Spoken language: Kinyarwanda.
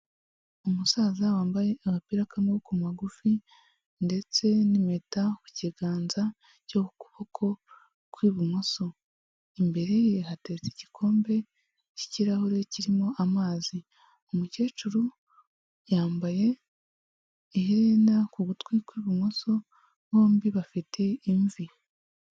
Umusaza wambaye agapira k'amaboko magufi ndetse n'impeta ku kiganza cyo ku kuboko kw'ibumoso, imbere ye hateretse igikombe cy'ikirahure kirimo amazi, umukecuru yambaye iherena ku gutwi kw'ibumoso bombi bafite imvi.